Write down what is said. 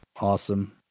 Awesome